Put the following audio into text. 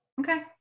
Okay